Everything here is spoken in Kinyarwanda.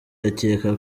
akeka